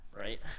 Right